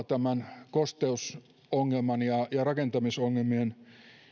tämän kosteusongelman ja ja rakentamisongelmien